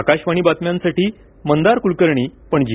आकाशवाणी बातम्यांसाठी मंदार कुलकर्णी पणजी